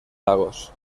lagos